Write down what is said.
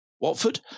Watford